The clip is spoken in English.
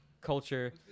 culture